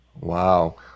Wow